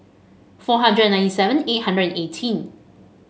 four hundred and ninety seven eight hundred and eighteen